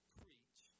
preach